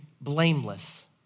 blameless